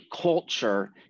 culture